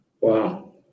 Wow